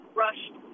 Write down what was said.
rushed